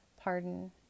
pardon